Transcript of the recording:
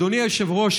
אדוני היושב-ראש,